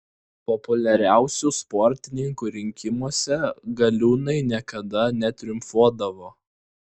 populiariausių sportininkų rinkimuose galiūnai niekada netriumfuodavo